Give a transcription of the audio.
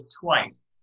twice